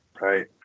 Right